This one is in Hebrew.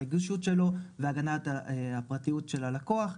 הרגישות שלו והגנת הפרטיות של הלקוח.